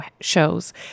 shows